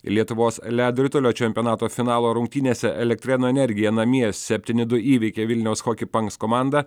lietuvos ledo ritulio čempionato finalo rungtynėse elektrėnų energija namie septyni du įveikė vilniaus hockey punks komandą